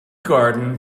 garden